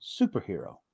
superhero